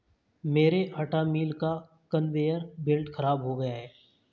मेरे आटा मिल का कन्वेयर बेल्ट खराब हो गया है